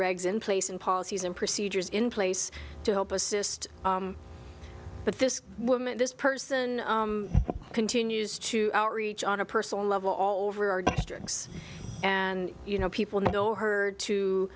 regs in place and policies and procedures in place to help assist but this woman this person continues to outreach on a personal level all over our districts and you know people know her to